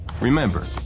Remember